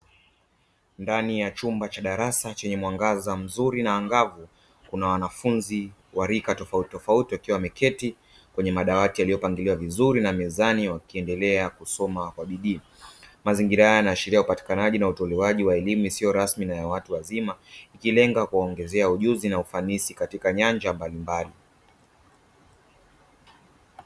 Ndani ya chumba cha darasa chenye mwangaza mzuri, na angavu kuna wanafunzi wa rika tofauti wakiwa wameketi kwenye madawati, yaliyopangiliwa vizuri na mezani wakiendelea kusoma kwa bidii. Mazingira haya yanaashiria upatikanaji na utowaji wa elimu isiyo rasmi na ya watu wazima, ikilenga kuwaongezea ujuzi na ufanisi katika nyanja mbalimbali.